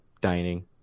dining